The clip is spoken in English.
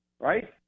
Right